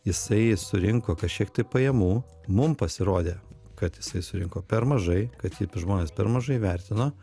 jisai surinko kažkiek tai pajamų mum pasirodė kad jisai surinko per mažai kad jį žmones per mažai vertino